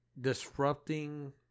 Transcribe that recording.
disrupting